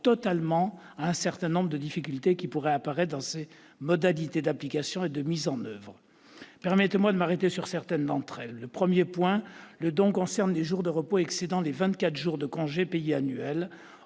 totalement à un certain nombre de difficultés que pourraient poser ses modalités d'application et de mise en oeuvre. Permettez-moi de m'arrêter sur certaines d'entre elles. Premièrement, le don concerne les jours de repos excédant les vingt-quatre jours de congés payés annuels.